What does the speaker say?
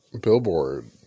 Billboard